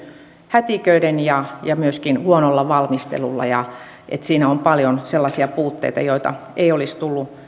hätiköiden ja ja myöskin huonolla valmistelulla ja että siinä on paljon sellaisia puutteita joita ei olisi tullut